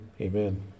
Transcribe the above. Amen